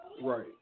right